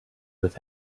with